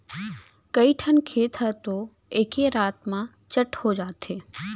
कइठन खेत ह तो एके रात म चट हो जाथे